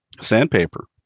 sandpaper